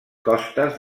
costes